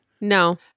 No